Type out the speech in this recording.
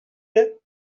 plait